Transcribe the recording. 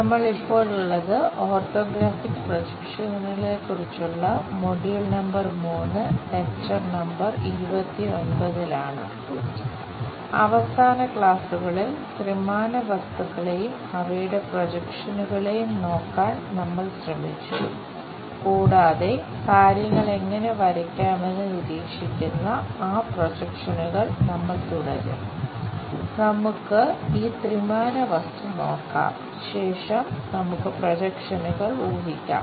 നമ്മൾ ഇപ്പോഴുള്ളത് ഓർത്തോഗ്രാഫിക് പ്രൊജക്ഷനുകളെ കുറിച്ചുള്ള മൊഡ്യൂൾ നമ്പർ 29 ലാണ് അവസാന ക്ലാസുകളിൽ ത്രിമാന വസ്തുക്കളെയും അവയുടെ പ്രൊജക്ഷനുകളെയും ഊഹിക്കാം